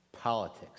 politics